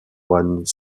one